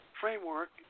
framework